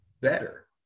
better